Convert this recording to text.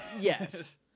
Yes